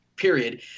Period